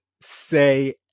say